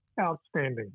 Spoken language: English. outstanding